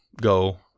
go